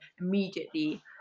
immediately